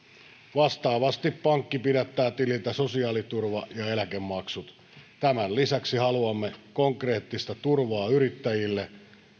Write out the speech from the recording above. vastaavasti pankki pidättää tililtä sosiaaliturva ja eläkemaksut tämän lisäksi haluamme konkreettista turvaa yrittäjille